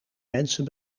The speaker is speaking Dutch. mensen